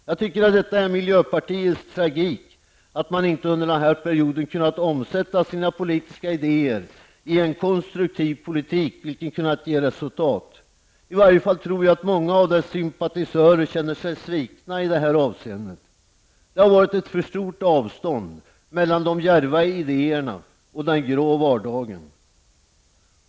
Jag tycker att detta är miljöpartiets tragik att man inte under den här perioden kunnat omsätta sina politiska idéer i en konstruktiv politik, vilken kunnat ge resultat. I varje fall tror jag att många av partiets sympatisörer känner sig svikna i detta avseende. Det har varit ett för stort avstånd mellan de djärva idéerna och den grå vardagen.